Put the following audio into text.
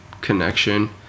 connection